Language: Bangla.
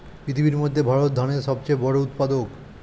পৃথিবীর মধ্যে ভারত ধানের সবচেয়ে বড় উৎপাদক